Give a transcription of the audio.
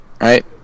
right